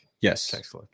yes